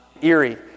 Erie